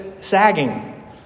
sagging